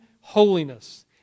holiness